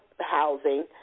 housing